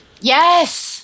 Yes